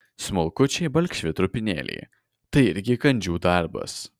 smulkučiai balkšvi trupinėliai tai irgi kandžių darbas